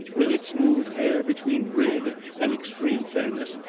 with its smooth hair between red and extreme fairness,